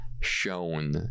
shown